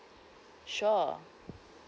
sure